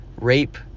rape